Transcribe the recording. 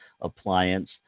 appliance